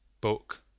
Book